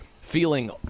feeling